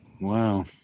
Wow